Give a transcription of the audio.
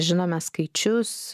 žinome skaičius